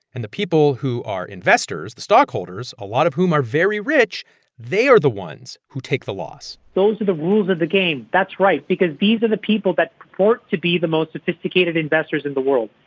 and the people who are investors the stockholders, a lot of whom are very rich they are the ones who take the loss those are the rules of the game that's right because these are the people that purport to be the most sophisticated investors in the world.